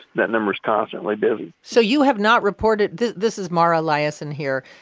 that number's constantly busy so you have not reported this this is mara liasson here.